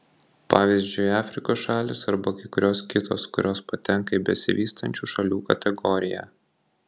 pavyzdžiui afrikos šalys arba kai kurios kitos kurios patenka į besivystančių šalių kategoriją